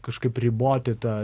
kažkaip riboti tą